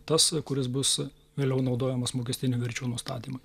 tas kuris bus vėliau naudojamas mokestinių verčių nustatymui